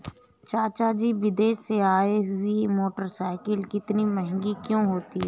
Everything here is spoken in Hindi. चाचा जी विदेश से आई हुई मोटरसाइकिल इतनी महंगी क्यों होती है?